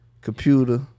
computer